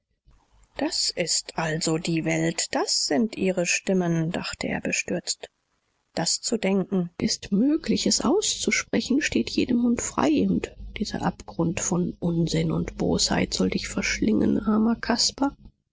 das ist also die welt das sind ihre stimmen dachte er bestürzt das zu denken ist möglich es auszusprechen steht jedem mund frei und dieser abgrund von unsinn und bosheit soll dich verschlingen armer caspar